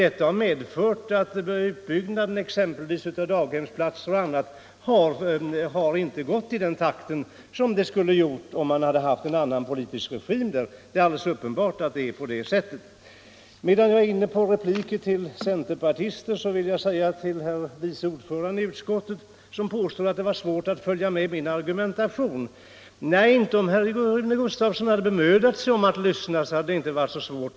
Detta har medfört att utbyggnaden exempelvis av daghemsplatser inte gått i den takt som den skulle ha gjort, om man hade haft en annan politisk regim i dessa kommuner. Medan jag är inne på repliker till centerpartister vill jag också säga till vice ordföranden i utskottet, som påstod att det var svårt att följa min argumentation: Nej, om herr Rune Gustavsson hade bemödat sig att lyssna, hade det inte varit så svårt.